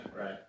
right